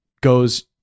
goes